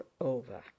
over